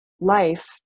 life